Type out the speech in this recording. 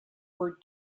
were